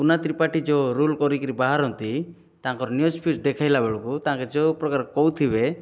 କୁନା ତ୍ରିପାଠୀ ଯେଉଁ ରୋଲ କରିକି ବାହାରନ୍ତି ତାଙ୍କର ନ୍ୟୁଜ୍ଫ୍ୟୁଜ୍ ଦେଖେଇଲା ବେଳକୁ ତାଙ୍କେ ଯେଉଁ ପ୍ରକାର କହୁଥିବେ